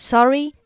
Sorry